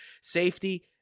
safety